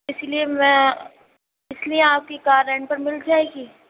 اِس لیے میں اِس لیے آپ کی کار رینٹ پر مِل جائے گی